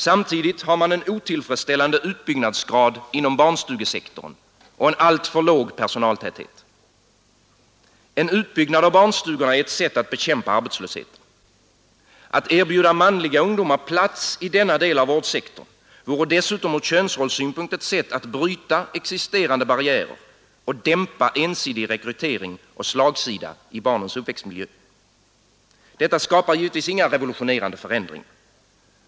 Samtidigt har man en otillfredsställande utbyggnadsgrad inom barnstugesektorn och en alltför låg personaltäthet. En utbyggnad av barnstugorna är ett sätt att bekämpa arbetslösheten. Att erbjuda manliga ungdomar plats i denna del av vårdsektorn vore dessutom ur könsrollssynpunkt ett sätt att bryta existerande barriärer och dämpa ensidig rekrytering och slagsida i barnens uppväxtmiljö. Detta skapar givetvis inga revolutionerande förändringar.